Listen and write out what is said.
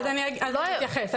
אני אתייחס.